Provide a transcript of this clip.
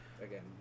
Again